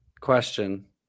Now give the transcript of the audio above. Question